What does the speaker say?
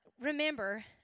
Remember